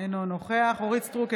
אינו נוכח אורית מלכה סטרוק,